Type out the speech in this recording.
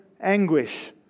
anguish